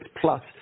Plus